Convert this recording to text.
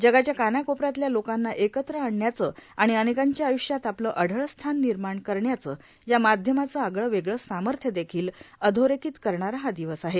जगाच्या कानाकोपऱ्यातल्या लोकांना एकत्र आणण्याचं आणि अनेकांच्या आय्ष्यात आपलं अढळ स्थान निर्माण करण्याचं या माध्यमाचं आगळं वेगळं सामथ्य देखील अधोरेखित करणारा हा दिवस आहे